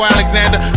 Alexander